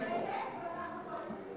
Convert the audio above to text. אמת,